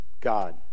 God